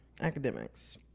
academics